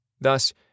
Thus